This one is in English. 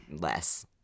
less